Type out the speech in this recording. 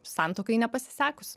santuokai nepasisekus